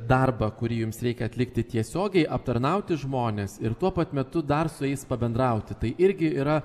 darbą kurį jums reikia atlikti tiesiogiai aptarnauti žmones ir tuo pat metu dar su jais pabendrauti tai irgi yra